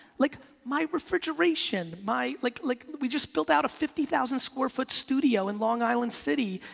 like my refrigeration, my, like like we just built out a fifty thousand square foot studio in long island city.